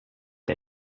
der